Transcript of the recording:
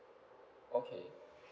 okay